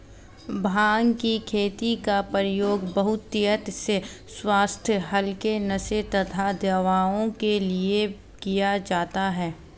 भांग की खेती का प्रयोग बहुतायत से स्वास्थ्य हल्के नशे तथा दवाओं के लिए किया जाता है